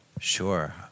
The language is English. Sure